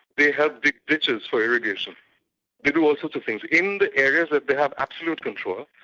they help dig ditches for irrigation they do all sorts of things. in the areas that they have absolute control,